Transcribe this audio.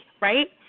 right